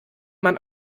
man